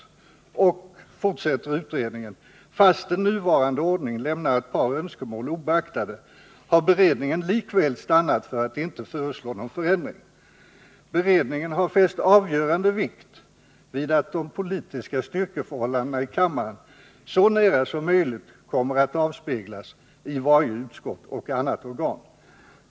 Utredningen fortsätter på följande sätt: ”Fastän nuvarande ordning lämnar ett par önskemål obeaktade, har beredningen likväl stannat för att inte föreslå någon ändring. Beredningen har fäst avgörande vikt vid att de politiskt relevanta styrkeförhållandena i kammaren så nära som möjligt kommer att avspeglas i varje utskott och annat organ.